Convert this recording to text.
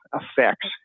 effects